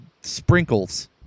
sprinkles